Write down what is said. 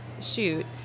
shoot